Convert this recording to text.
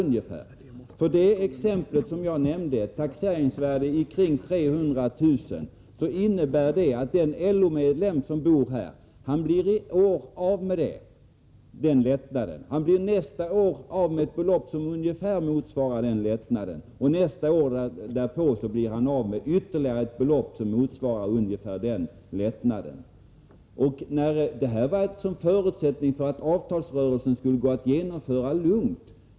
En LO-medlem som bor i en villa som jag nämnde i mitt exempel, med ett taxeringsvärde på omkring 300 000 kr., blir i år av med den lättnaden. Nästa år blir han av med ett belopp som ungefär motsvarar lättnaden, och detsamma gäller för året därefter. Att den här avdragsrätten infördes var en förutsättning för att avtalsrörelsen skulle gå att genomföra lugnt.